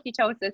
ketosis